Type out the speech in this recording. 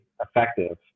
effective